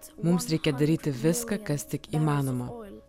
mums reikia daryti viską kas tik įmanoma